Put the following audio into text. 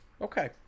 Okay